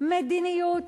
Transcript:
מדיניות